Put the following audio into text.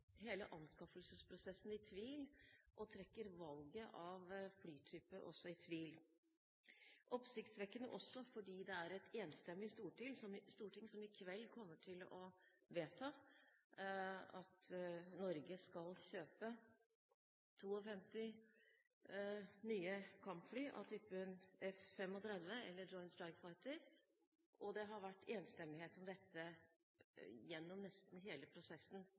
hele anskaffelsesprosessen i tvil, og valget av flytype trekker han også i tvil. Det er oppsiktsvekkende også fordi det er et enstemmig storting som i kveld kommer til å vedta at Norge skal kjøpe 52 nye kampfly av typen F-35, eller Joint Strike Fighter. Det har vært enstemmighet om dette gjennom nesten hele prosessen,